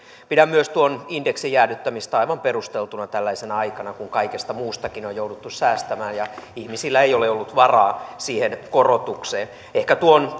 pidän myös tuon indeksin jäädyttämistä aivan perusteltuna tällaisena aikana kun kaikesta muustakin on jouduttu säästämään ja ihmisillä ei ole ollut varaa siihen korotukseen ehkä tuon